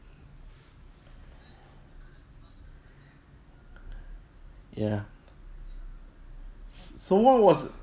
ya so what was